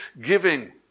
giving